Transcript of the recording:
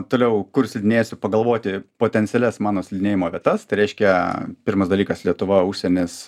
toliau kur slidinėsiu pagalvoti potencialias mano slidinėjimo vietas tai reiškia pirmas dalykas lietuva užsienis